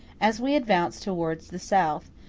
as we advance towards the south,